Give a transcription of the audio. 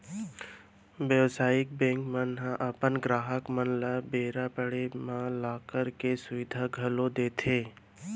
बेवसायिक बेंक मन ह अपन गराहक मन ल बेरा पड़े म लॉकर के सुबिधा घलौ देथे